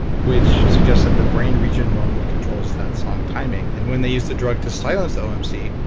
which suggests that the brain region normally controls that song timing. and when they used the drug to silence the omc,